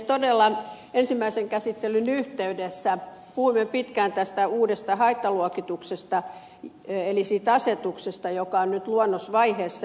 todella ensimmäisen käsittelyn yhteydessä puhuimme pitkään tästä uudesta haittaluokituksesta eli siitä asetuksesta joka on nyt luonnosvaiheessa